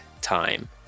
time